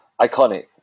iconic